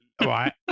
right